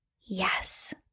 Yes